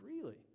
freely